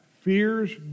fears